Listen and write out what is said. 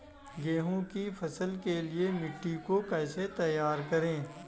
गेहूँ की फसल के लिए मिट्टी को कैसे तैयार करें?